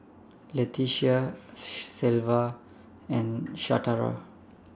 Letitia Shelva and Shatara